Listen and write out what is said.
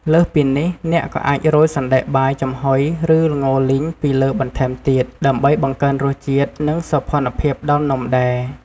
លើសពីនេះ អ្នកក៏អាចរោយសណ្ដែកបាយចំហុយ ឬល្ងលីងពីលើបន្ថែមទៀត ដើម្បីបង្កើនរសជាតិ និងសោភ័ណភាពដល់នំដែរ។